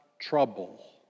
trouble